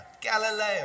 Galileo